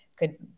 good